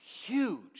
huge